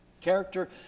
Character